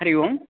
Hari Om